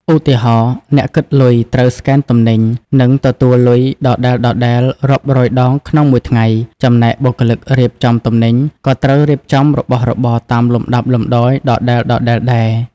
ឧទាហរណ៍ អ្នកគិតលុយត្រូវស្កេនទំនិញ និងទទួលលុយដដែលៗរាប់រយដងក្នុងមួយថ្ងៃ ចំណែកបុគ្គលិករៀបចំទំនិញក៏ត្រូវរៀបចំរបស់របរតាមលំដាប់លំដោយដដែលៗដែរ។